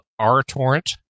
RTorrent